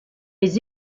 les